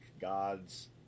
gods